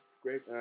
great